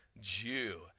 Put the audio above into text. Jew